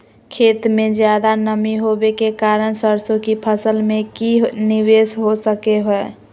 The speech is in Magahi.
खेत में ज्यादा नमी होबे के कारण सरसों की फसल में की निवेस हो सको हय?